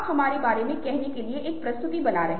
यह लोगों द्वारा कैसे माना जा रहा है